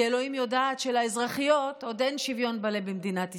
כי אלוהים יודעת שלאזרחיות עוד אין שוויון מלא במדינת ישראל,